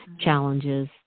challenges